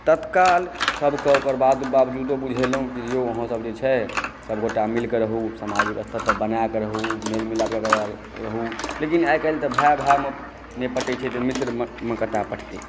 तत्काल ओकर वावजुदो बुझेलहुँ जे अहाँ सभ जे छै सभ गोटा मिल कऽ रहु सामाजिक स्तर पर बना कऽ रहु मेलमिलाप कए कऽ रहु लेकिन आइ काल्हि तऽ भाई बहिनमे तऽक्षपटबे नहि करै छै तऽ मित्रमे कतऽ पटतै